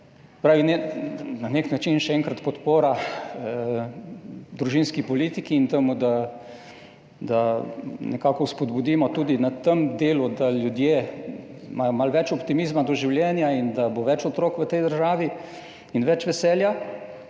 pravi, na neki način še enkrat podpora družinski politiki in temu, da nekako vzpodbudimo tudi na tem delu, da imajo ljudje malo več optimizma do življenja in da bo več otrok v tej državi in več veselja.